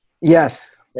Yes